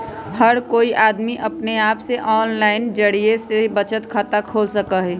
हर कोई अमदी अपने आप से आनलाइन जरिये से भी बचत खाता खोल सका हई